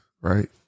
right